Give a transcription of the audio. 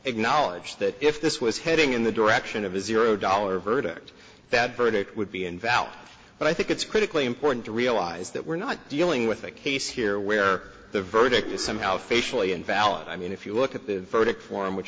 acknowledged that if this was heading in the direction of his zero dollars verdict that verdict would be invalid but i think it's critically important to realize that we're not dealing with a case here where the verdict is somehow officially invalid i mean if you look at the verdict form which